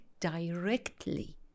directly